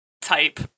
type